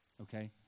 okay